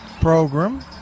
program